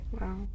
Wow